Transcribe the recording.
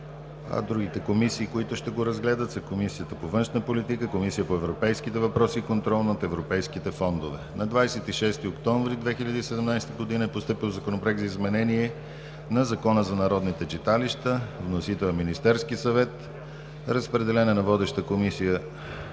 Другите комисии, които ще го разгледат, са Комисията по външна политика и Комисията по европейските въпроси и контрол на европейските фондове. На 26 октомври 2017 г. е постъпил Законопроект за изменение на Закона за народните читалища. Вносител – Министерският съвет. Водеща е Комисията